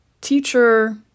teacher